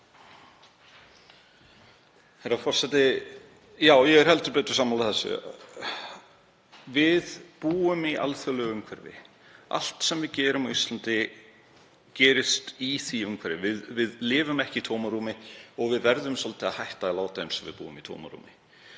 Herra forseti. Já, ég er heldur betur sammála þessu. Við búum í alþjóðlegu umhverfi. Allt sem við gerum á Íslandi gerist í því umhverfi. Við lifum ekki í tómarúmi og við verðum svolítið að hætta að láta eins og við búum í tómarúmi.